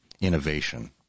innovation